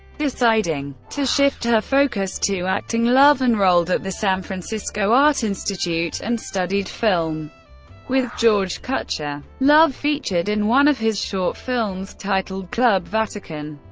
deciding to shift her focus to acting, love enrolled at the san francisco art institute and studied film with george kuchar. love featured in one of his short films, titled club vatican.